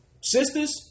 Sisters